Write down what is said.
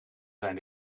zijn